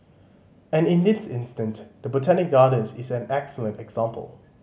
and in this instant the Botanic Gardens is an excellent example